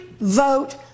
vote